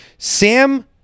Sam